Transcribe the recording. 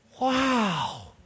Wow